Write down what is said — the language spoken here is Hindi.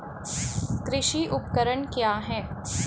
कृषि उपकरण क्या है?